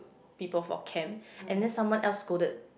people for camp and then someone else scolded